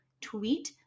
tweet